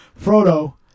Frodo